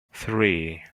three